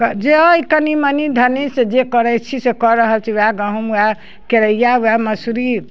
जे अइ कनि मनि धनि से जे करै छी से कहि रहल छी वएह गहूम वएह केरैआ वएह मौसरी